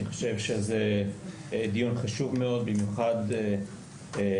אני חושב שזה דיון חשוב מאוד במיוחד לקראת